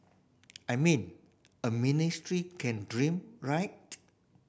I mean a ministry can dream right